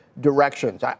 directions